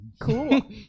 cool